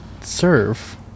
serve